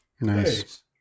Nice